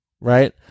Right